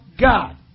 God